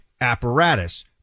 apparatus